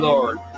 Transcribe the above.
Lord